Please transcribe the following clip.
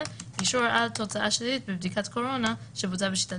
- אישור על תוצאה שלילית בבדיקת קורונה שבוצעה בשיטת